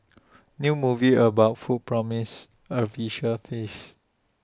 new movie about food promises A visual feast